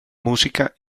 música